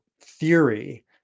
theory